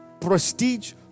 Prestige